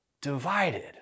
divided